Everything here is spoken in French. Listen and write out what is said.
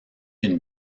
une